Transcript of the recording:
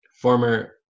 former